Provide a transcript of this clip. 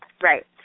Right